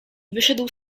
wyszedł